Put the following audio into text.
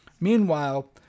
Meanwhile